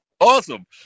awesome